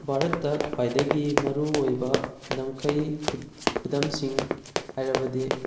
ꯚꯥꯔꯠꯇ ꯈ꯭ꯋꯥꯏꯗꯒꯤ ꯃꯔꯨꯑꯣꯏꯕ ꯂꯝꯈꯩ ꯈꯨꯗꯝꯁꯤꯡ ꯍꯥꯏꯔꯕꯗꯤ